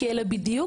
כי אלה בדיוק